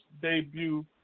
debut